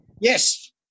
Yes